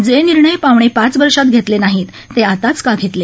जे निर्णय पावणे पाच वर्षात घेतले नाहीत ते आताच का घेतले